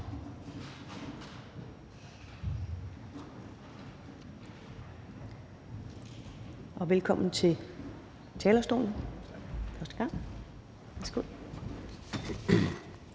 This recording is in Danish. Velkommen til talerstolen